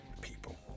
people